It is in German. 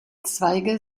zweige